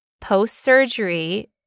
post-surgery